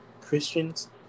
Christians